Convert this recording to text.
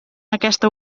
aquesta